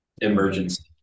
emergency